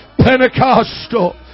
pentecostal